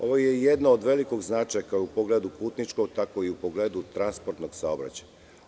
Ovo je jedan veliki značaj u pogledu putničkog i pogledu transportnog saobraćaja.